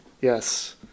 Yes